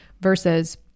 versus